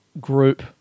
group